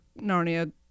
Narnia